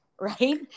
right